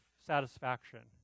satisfaction